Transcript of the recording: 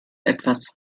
etwas